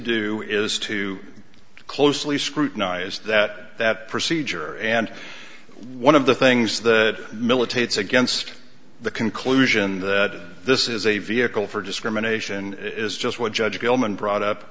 do is to closely scrutinized that that procedure and one of the things that militates against the conclusion that this is a vehicle for discrimination is just what judge goldman brought up